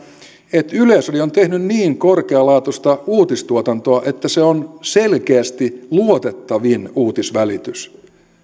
että yleisradio on tehnyt niin korkealaatuista uutistuotantoa että se on selkeästi luotettavin uutisvälitys